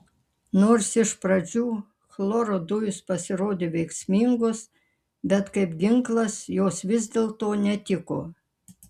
nors iš pradžių chloro dujos pasirodė veiksmingos bet kaip ginklas jos vis dėlto netiko